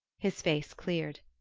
his face cleared.